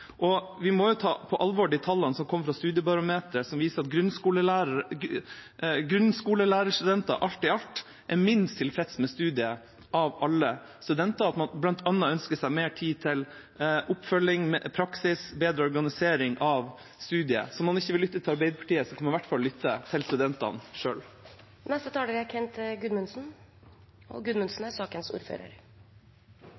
foreleserne. Vi må jo ta på alvor de tallene som kom fra Studiebarometeret, som viser at grunnskolelærerstudenter alt i alt er minst tilfreds med studiet – av alle studenter – og at man bl.a. ønsker seg mer tid til oppfølging, praksis, bedre organisering av studiet. Så om man ikke vil lytte til Arbeiderpartiet, kan man i hvert fall lytte til studentene selv. Jeg tenkte jeg skulle ta ordet til slutt og